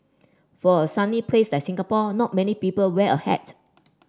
for a sunny place like Singapore not many people wear a hat